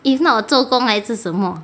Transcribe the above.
if not 做工来自什么